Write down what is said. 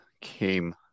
came